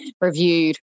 reviewed